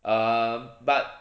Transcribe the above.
um but